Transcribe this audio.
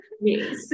yes